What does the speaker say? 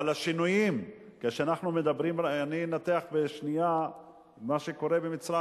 אבל השינויים, אני אנתח בשנייה מה קורה במצרים.